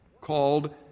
called